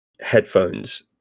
headphones